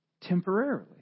Temporarily